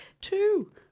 Two